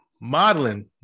modeling